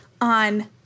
on